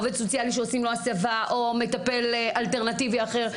עובד סוציאלי שעושים לו הסבה או מטפל אלטרנטיבי אחר,